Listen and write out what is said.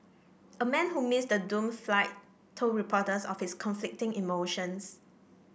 a man who missed the doomed flight told reporters of his conflicting emotions